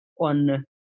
on